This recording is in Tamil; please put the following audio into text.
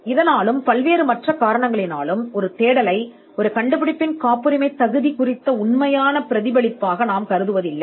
இப்போது இதற்காகவும் இன்னும் பல காரணங்களுக்காகவும் ஒரு தேடல் எங்கள் கண்டுபிடிப்பின் காப்புரிமையின் சரியான பிரதிபலிப்பாக நாங்கள் கருதவில்லை